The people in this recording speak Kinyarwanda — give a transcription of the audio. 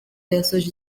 yasoje